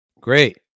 Great